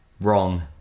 wrong